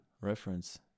reference